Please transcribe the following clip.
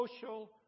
social